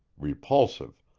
repulsive,